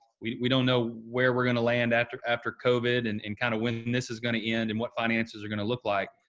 we we don't know where we're going to land after after covid and and kind of when this is going to end and what finances are going to look like.